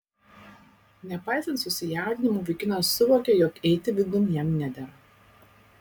nepaisant susijaudinimo vaikinas suvokė jog eiti vidun jam nedera